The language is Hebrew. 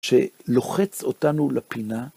שלוחץ אותנו לפינה.